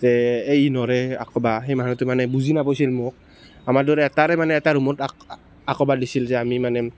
যে এই নোৱাৰে আঁকিব সেই মানুহটো মানে বুজি নাপাইছিল মোক আমাৰ দুয়োৰে এটাৰে মানে এটা ৰুমত আঁকিন দিছিল যে আমি মানে